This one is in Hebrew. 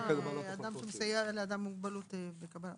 אדם שמסייע לאדם עם מוגבלות בקבלת